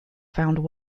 found